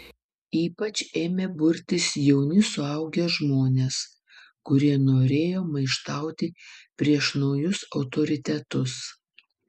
ypač ėmė burtis jauni suaugę žmonės kurie norėjo maištauti prieš naujus autoritetus